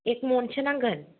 एक मनसो नांगोन